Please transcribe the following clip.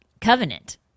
covenant